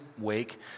wake